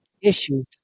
issues